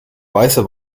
weiße